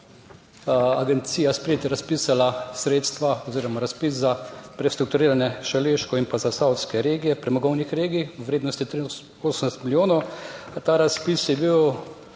agencija Spirit razpisala sredstva oziroma razpis za prestrukturiranje šaleške in zasavske regije, premogovnih regij, v vrednosti 83 milijonov. Ta razpis je bil